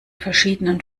verschiedenen